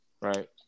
Right